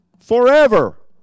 forever